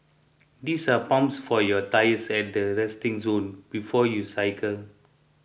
these are pumps for your tyres at the resting zone before you cycle